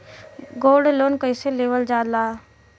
Gold loan कईसे लेवल जा ला?